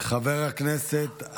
חבר הכנסת אריאל קלנר.